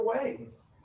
ways